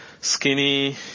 skinny